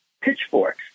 pitchforks